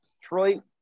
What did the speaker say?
Detroit